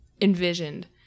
envisioned